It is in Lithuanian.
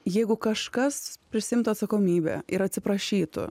jeigu kažkas prisiimtų atsakomybę ir atsiprašytų